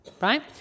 right